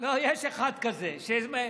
לא, יש אחד כזה שמאמין